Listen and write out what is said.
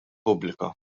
pubblika